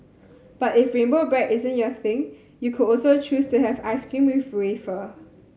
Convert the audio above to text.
but if rainbow bread isn't your thing you could also choose to have ice cream with wafer